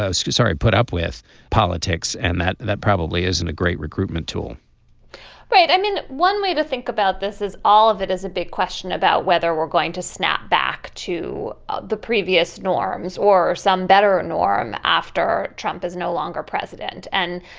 so so sorry put up with politics. and that that probably isn't a great recruitment tool right i mean one way to think about this is all of it is a big question about whether we're going to snap back to the previous norms or some better norm after trump is no longer president and